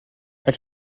elle